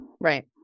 right